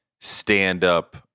stand-up